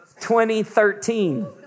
2013